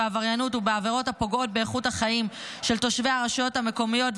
בעבריינות ובעבירות הפוגעות באיכות החיים של תושבי הרשויות המקומיות,